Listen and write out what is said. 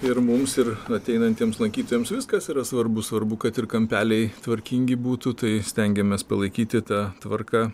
ir mums ir ateinantiems lankytojams viskas yra svarbu svarbu kad ir kampeliai tvarkingi būtų tai stengiamės palaikyti tą tvarką